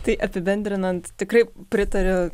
tai apibendrinant tikrai pritariu